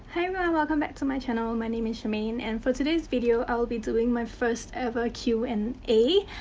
hi everyone! welcome back to my channel! my name is chermaine, and for today's video, i will be doing my first ever q and a.